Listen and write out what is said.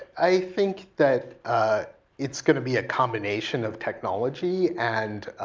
i think that it's gonna be a combination of technology, and